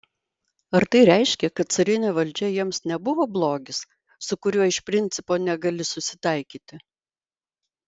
ar tai reiškia kad carinė valdžia jiems nebuvo blogis su kuriuo iš principo negali susitaikyti